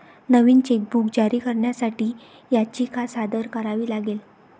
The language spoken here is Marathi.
नवीन चेकबुक जारी करण्यासाठी याचिका सादर करावी लागेल